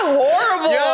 horrible